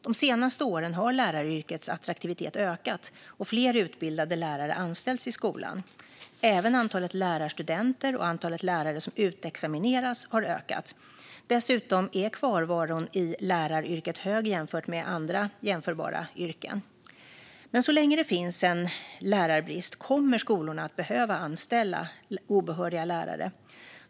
De senaste åren har läraryrkets attraktivitet ökat och fler utbildade lärare anställts i skolan. Även antalet lärarstudenter och antalet lärare som utexamineras har ökat. Dessutom är kvarvaron i läraryrket hög jämfört med andra jämförbara yrken. Men så länge det finns en lärarbrist kommer skolorna att behöva anställa obehöriga lärare.